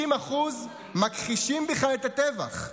90% מכחישים בכלל את הטבח,